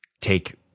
take